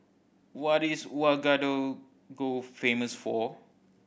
what is Ouagadougou famous for